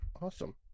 awesome